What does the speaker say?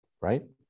right